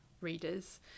readers